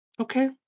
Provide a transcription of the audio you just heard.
Okay